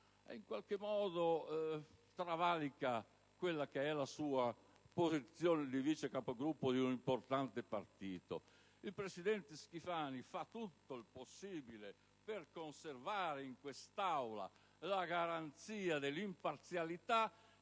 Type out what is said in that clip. in qualche modo travalica la sua posizione di Vice Capogruppo di un importante partito. Il presidente Schifani fa tutto il possibile per conservare in quest'Aula la garanzia dell'imparzialità